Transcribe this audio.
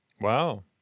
Wow